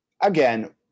again